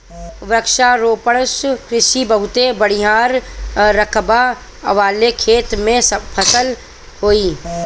वृक्षारोपण कृषि बहुत बड़ियार रकबा वाले खेत में सफल होई